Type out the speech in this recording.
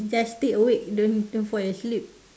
just stay awake don't don't fall asleep